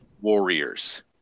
Warriors